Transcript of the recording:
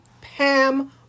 Pam